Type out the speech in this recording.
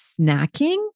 snacking